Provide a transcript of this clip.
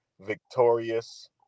victorious